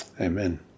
amen